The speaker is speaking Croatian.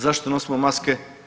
Zašto nosimo maske?